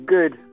Good